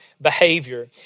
behavior